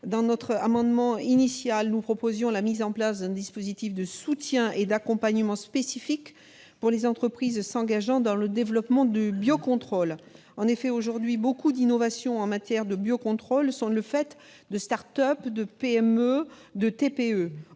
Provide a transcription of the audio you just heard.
Dans notre amendement initial, nous proposions la mise en place d'un dispositif de soutien et d'accompagnement spécifique pour les entreprises s'engageant dans le développement du biocontrôle. En effet, aujourd'hui, beaucoup d'innovations en matière de biocontrôle sont le fait de start-up, de PME et de TPE.